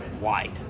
wide